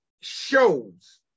shows